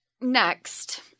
Next